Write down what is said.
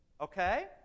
okay